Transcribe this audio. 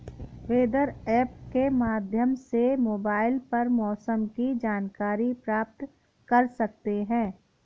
weather app के माध्यम से मोबाइल पर मौसम की जानकारी प्राप्त कर सकते हैं